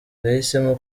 yahisemo